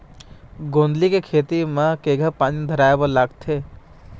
गोंदली के खेती म केघा पानी धराए बर लागथे?